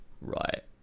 Right